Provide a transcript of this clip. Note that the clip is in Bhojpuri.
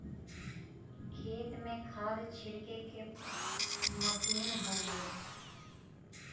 खेत में खाद छिड़के के मसीन हउवे